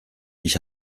ich